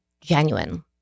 genuine